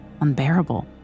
unbearable